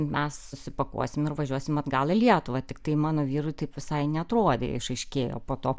mes susipakuosim ir važiuosim atgal į lietuvą tiktai mano vyrui taip visai neatrodė išaiškėjo po to